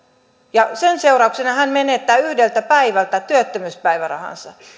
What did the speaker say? ja sen seurauksena hän menettää yhdeltä päivältä työttömyyspäivärahansa